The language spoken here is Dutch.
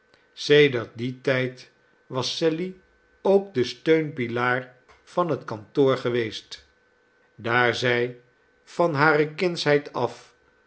sedert dien tijd was sally ook de steunpilaar van het kantoor geweest daar zij van hare kindsheid af